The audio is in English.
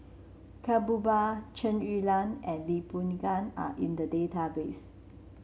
Ka Perumal Chen Su Lan and Lee Boon Ngan are in the database